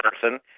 person